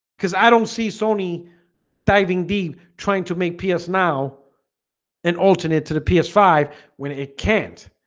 because i don't see sony diving deep trying to make ps now and alternate to the ps five when it can't